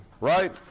right